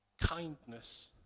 kindness